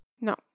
No